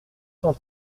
cent